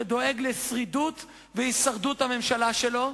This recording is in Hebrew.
שדואג לשרידות ולהישרדות הממשלה שלו.